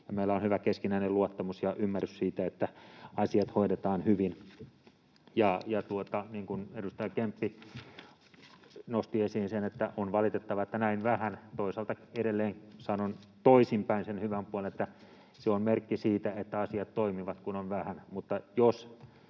Meillä on hyvä keskinäinen luottamus ja ymmärrys siitä, että asiat hoidetaan hyvin — niin kuin edustaja Kemppi nosti esiin, on valitettavaa, että keskustelua on näin vähän. Toisaalta edelleen sanon toisinpäin sen hyvän puolen, että se on merkki siitä, että asiat toimivat, kun sitä on vähän,